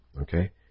okay